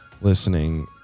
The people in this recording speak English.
listening